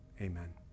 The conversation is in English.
amen